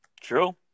True